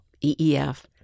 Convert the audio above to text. EEF